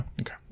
Okay